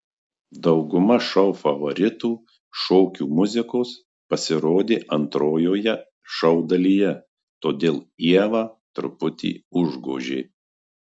dauguma šou favoritų šokių muzikos pasirodė antrojoje šou dalyje todėl ievą truputį užgožė